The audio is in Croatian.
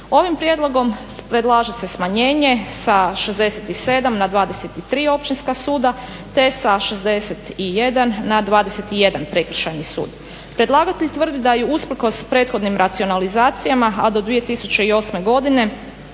Ovim prijedlogom predlaže se smanjenje sa 67 na 23 općinska suda, te sa 61 na 21 prekršajni sud. Predlagatelj tvrdi da i usprkos prethodnim racionalizacijama a do 2008.godine